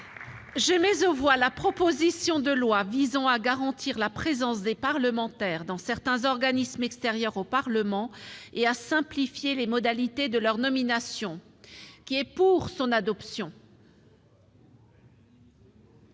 discuter de la proposition de loi visant à garantir la présence des parlementaires dans certains organismes extérieurs au Parlement et à simplifier les modalités de leur nomination. Ce texte a fait